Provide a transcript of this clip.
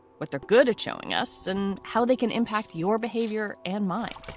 what they're good at showing us and how they can impact your behavior and mine